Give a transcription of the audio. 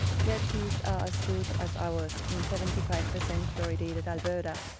they're teeth are as good as ours in seventy five percent fluoridated alberta.